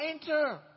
enter